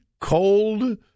cold